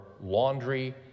laundry